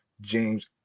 james